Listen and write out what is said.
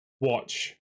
watch